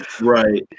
right